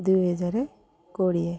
ଦୁଇ ହଜାର କୋଡ଼ିଏ